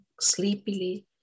sleepily